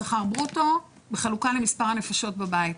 שכר ברוטו בחלוקה למספר הנפשות בבית.